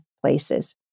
places